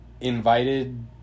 invited